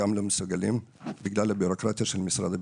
מסוגלות בגלל הבירוקרטיה של משרד הביטחון.